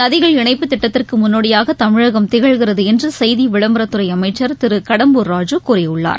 நதிகள் இணைப்புத் திட்டத்திற்கு முன்னோடியாக தமிழகம் திகழ்கிறது என்று செய்தி விளம்பரத் துறை அமைச்சர் திரு கடம்பூர் ராஜூ கூறியுள்ளார்